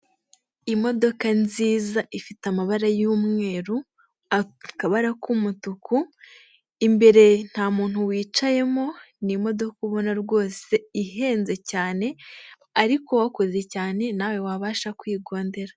Imodoka nziza ifite amabara y'umweru, akabara k'umutuku, imbere nta muntu wicayemo, ni imodoka ubona rwose ihenze cyane ariko wakoze cyane nawe wabasha kwigondera.